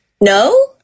No